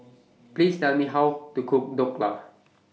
Please Tell Me How to Cook Dhokla